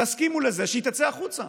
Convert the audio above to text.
תסכימו לזה שהיא תצא החוצה?